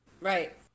right